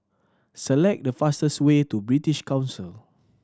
select the fastest way to British Council